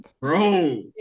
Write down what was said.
bro